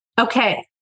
Okay